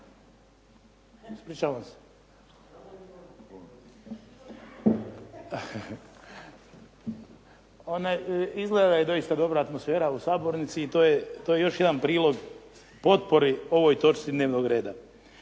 epidemiološku. Izgleda da je doista dobra atmosfera u sabornici i to je još jedan prilog potpori ovoj točci dnevnog reda.